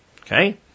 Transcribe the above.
Okay